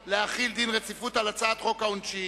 להחיל דין רציפות על הצעת חוק העונשין